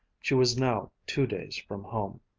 she was now two days from home.